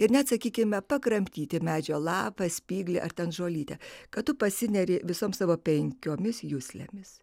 ir net sakykime pakramtyti medžio lapą spyglį ar ten žolytę kad tu pasineri visoms savo penkiomis juslėmis